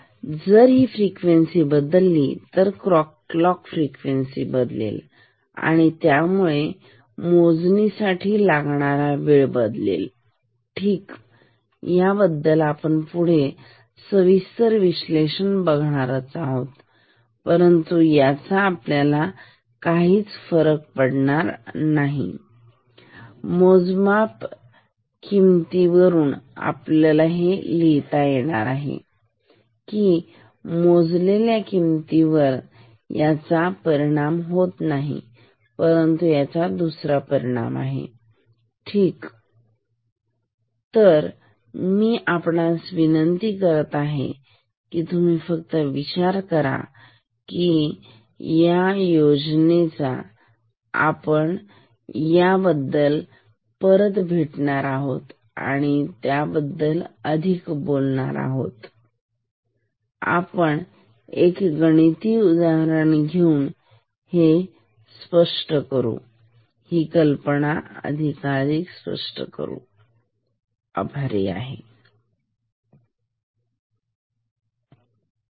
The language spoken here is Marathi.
तर जर ही फ्रिक्वेन्सी बदलली तर क्लॉक फ्रिक्वेन्सी बदलेल त्यामुळे मोजणीसाठी लागणारा वेळ बदलेल ठीक याबद्दल आपण पुढे सविस्तर विश्लेषण बघणारच आहोत परंतु याचा आपल्याला काहीच फरक पडत नाही मोजलेल्या किमतीवर मी लिहू शकतो कि मोजलेल्या किमती वर याचा काहीही परिणाम होत नाही परंतु त्याचा दुसरा परिणाम आहे ठीक तर मी आपणास विनंती करतो की तुम्ही फक्त विचार करा या योजनेचा आपण त्याबद्दल परत भेटणार आहोत आणि त्याबद्दल अधिक बोलणार आहोत आपण एक गणिती उदाहरण घेणार आहोत तर इथे ही कल्पना अधिकाधिक स्पष्ट होईल